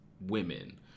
women